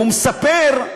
והוא מספר,